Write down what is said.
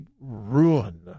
ruin